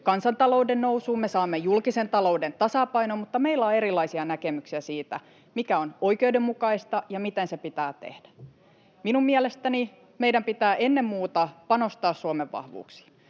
kansantalouden nousuun ja saamme julkisen talouden tasapainoon, mutta meillä on erilaisia näkemyksiä siitä, mikä on oikeudenmukaista ja miten se pitää tehdä. Minun mielestäni meidän pitää ennen muuta panostaa Suomen vahvuuksiin: